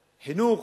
חינוך,